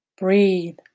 Breathe